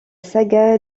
saga